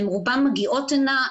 רובן מגיעות הנה,